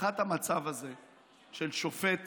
הזה של שופט